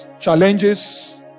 challenges